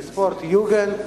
מ"ספורט-יוגנד"